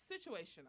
situational